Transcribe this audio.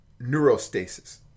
neurostasis